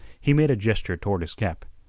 he made a gesture toward his cap.